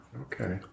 Okay